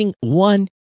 one